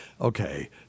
Okay